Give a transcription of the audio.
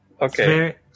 Okay